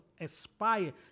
aspire